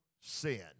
sin